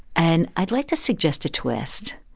and i'd like to suggest a twist.